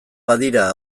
badira